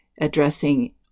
addressing